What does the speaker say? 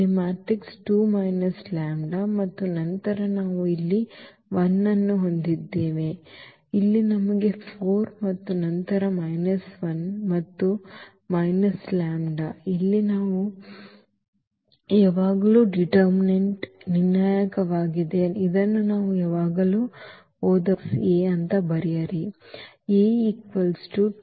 ಇಲ್ಲಿ matrix 2 minus lambda ಮತ್ತು ನಂತರ ನಾವು ಇಲ್ಲಿ 1 ಅನ್ನು ಹೊಂದಿದ್ದೇವೆ ಮತ್ತು ಇಲ್ಲಿ ನಮಗೆ 4 ಮತ್ತು ನಂತರ ಮೈನಸ್ 1 ಮತ್ತು ಮೈನಸ್ ಲ್ಯಾಂಬ್ಡಾ ಇಲ್ಲಿ ನಾವು ಯಾವಾಗಲೂ ಈ ನಿರ್ಣಾಯಕವಾಗಿದೆ ಇದನ್ನು ನಾವು ಯಾವಾಗಲೂ ಓದಬಹುದು ಈ ಕೊಟ್ಟಿರುವ ಮ್ಯಾಟ್ರಿಕ್ಸ್ A ಗೆ ಬರೆಯಿರಿ